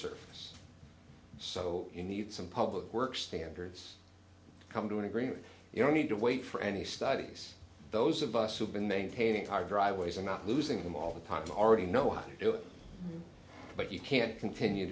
surface so you need some public works standards come to an agreement you don't need to wait for any studies those of us who've been maintaining our driveways are not losing them all the time to already know how to do it but you can't continue